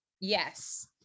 Yes